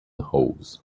hose